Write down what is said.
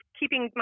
keeping